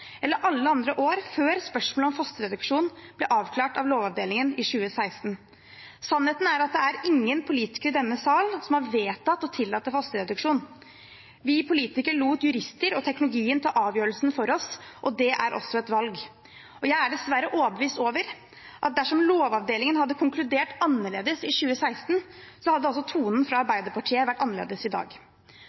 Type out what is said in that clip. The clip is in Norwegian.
eller alle andre år før spørsmålet om fosterreduksjon ble avklart av Lovavdelingen i 2016? Sannheten er at det er ingen politikere i denne sal som har vedtatt å tillate fosterreduksjon. Vi politikere lot jurister og teknologien ta avgjørelsen for oss, og det er også et valg. Jeg er dessverre overbevist om at dersom Lovavdelingen hadde konkludert annerledes i 2016, hadde tonen fra Arbeiderpartiet vært annerledes i dag.